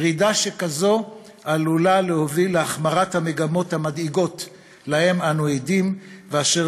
ירידה כזאת עלולה להוביל להחמרת המגמות המדאיגות שאנו עדים להן ואשר